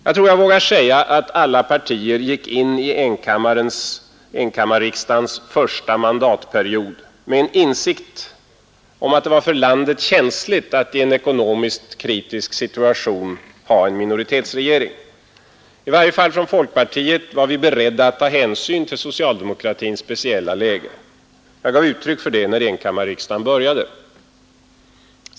Jag tror jag vågar säga, att alla partier gick in i enkammarriksdagens första mandatperiod med en insikt om att det var för landet känsligt att i en ekonomiskt kritisk situation ha en minoritetsregering. I varje fall från folkpartiet var vi beredda att ta hänsyn till socialdemokraternas speciella läge. Jag gav uttryck för det när enkammarriksdagen började.